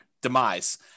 demise